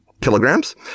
kilograms